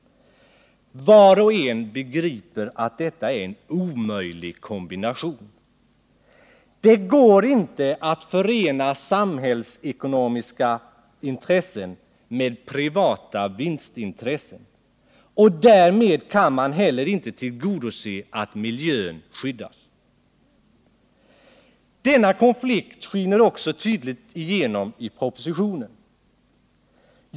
Var och en begriper att detta är en omöjlig kombination. Det går inte att förena samhällsekonomiska intressen med privata vinstintressen, och därmed kan man inte heller tillgodose önskemålet att miljön skall skyddas. Denna konflikt skiner också tydligt igenom i propositionen.